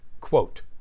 Quote